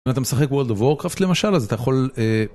אם אתה משחק בוורלד וורקרפט למשל, אז אתה יכול...